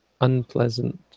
unpleasant